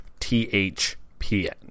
THPN